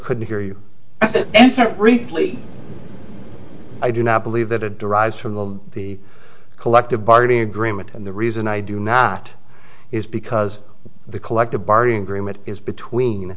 couldn't hear you at the end replete i do not believe that it derives from the the collective bargaining agreement and the reason i do not is because the collective bargaining agreement is between